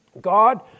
God